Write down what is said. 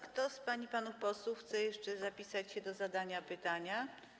Kto z pań i panów posłów chce jeszcze zapisać się do zadania pytania?